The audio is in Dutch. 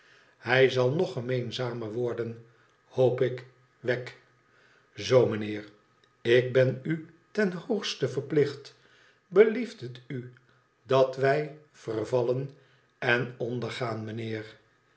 thij zal nog gemeenzamer worden hoop ik wegg zoo meneer ik ben u ten hoogste verplicht belieft het u dat wij vervallen en ondergaan meneer